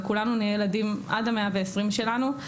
וכולנו נהיה ילדים עד ה-120 שלנו,